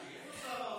איפה שר האוצר?